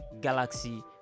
galaxy